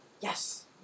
Yes